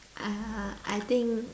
uh I think